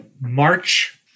March